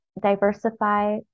diversify